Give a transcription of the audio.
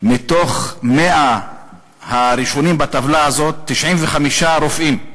מ-100 הראשונים בטבלה הזאת, 95 הם רופאים,